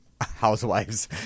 housewives